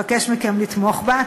נבקש מכם לתמוך בה.